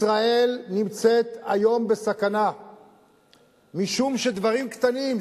ישראל נמצאת היום בסכנה משום שדברים קטנים,